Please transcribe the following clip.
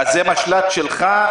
משל"ט שלך?